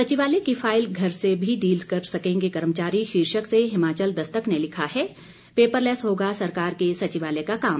सचिवालय की फाइल घर से भी डील कर सकेंगे कर्मचारी शीर्षक से हिमाचल दस्तक ने लिखा है पेपरलेस होगा सरकार के सचिवालय का काम